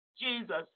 Jesus